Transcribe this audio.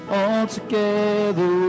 altogether